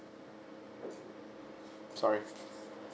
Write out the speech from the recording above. sorry